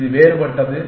இது வேறுபட்டது